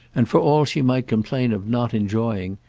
and for all she might complain of not enjoying,